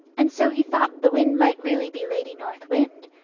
and so he thought the wind might really be lady north wind,